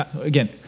Again